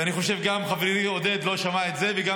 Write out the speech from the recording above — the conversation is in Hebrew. אני חושב שגם חברי עודד לא שמע את זה וגם